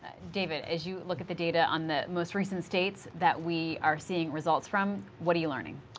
david, as you look at the data on the most recent states that we are seeing results from, what are you learning?